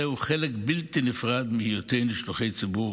זהו חלק בלתי נפרד מהיותנו שלוחי ציבור.